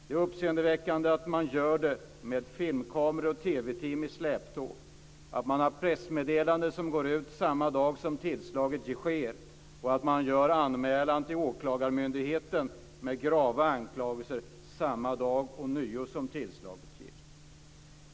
Det är uppseendeväckande att man gör det med filmkameror och TV team i släptåg, att man har pressmeddelanden som går ut samma dag som tillslaget sker och att man gör anmälan till åklagarmyndigheten med grava anklagelser ånyo samma dag som tillslaget sker.